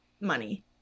money